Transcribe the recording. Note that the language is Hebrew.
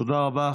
תודה רבה.